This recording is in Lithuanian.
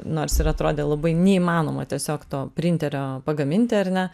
nors ir atrodė labai neįmanoma tiesiog to printerio pagaminti ar ne